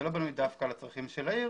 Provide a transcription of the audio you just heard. זה לא בנוי דווקא על הצרכים של העיר